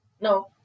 No